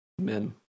Amen